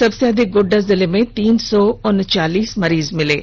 सबसे अधिक गोड्डा जिले में तीन सौ उनचालीस मरीज मिले हैं